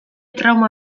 trauma